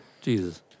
Jesus